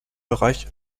bereich